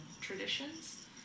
traditions